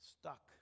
Stuck